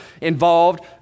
involved